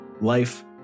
life